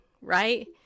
right